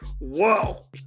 Whoa